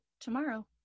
tomorrow